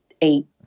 eight